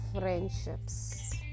friendships